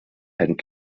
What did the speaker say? and